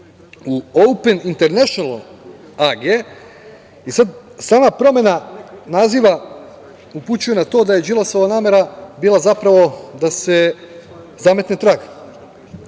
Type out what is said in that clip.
u „Open internešnal AG“. Sama promena naziva upućuje na to da je Đilasova namera bila zapravo da se zametne trag. Ako